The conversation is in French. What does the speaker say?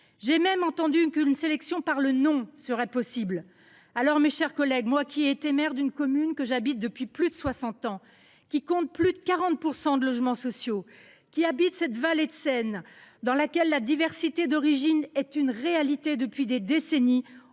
J’ai même entendu qu’une sélection par le nom serait possible. Mes chers collègues, moi qui ai été maire d’une commune que j’habite depuis plus de soixante ans, laquelle compte plus de 40 % de logements sociaux, qui habite cette vallée de Seine dans laquelle la diversité d’origine est une réalité depuis des décennies,